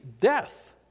death